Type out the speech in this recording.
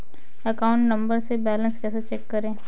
Account number से balance कैसे check करें?